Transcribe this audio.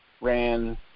ran